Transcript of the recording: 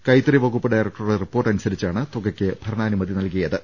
കൈത്തറി വകുപ്പ് ഡയറക്ടറുടെ റിപ്പോർട്ട് അനുസരിച്ചാണ് തുകയ്ക്ക് ഭരണാനുമതി നൽകിയത്